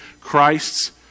Christ's